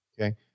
Okay